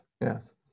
yes